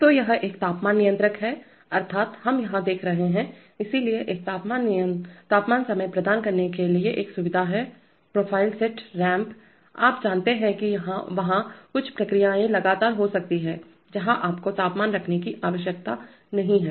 तो यह एक तापमान नियंत्रक है अर्थात हम यहाँ देख रहे हैं इसलिए एक तापमान समय प्रदान करने के लिए एक सुविधा है प्रोफ़ाइल सेट रैंप आप जानते हैं कि वहाँ कुछ प्रक्रियाएं लगातार हो सकती हैं जहां आपको तापमान रखने की आवश्यकता नहीं है